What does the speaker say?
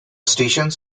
stations